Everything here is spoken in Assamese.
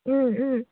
ও ও